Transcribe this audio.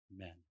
Amen